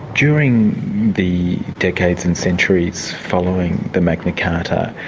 during the decades and centuries following the magna carta,